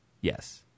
Yes